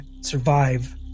survive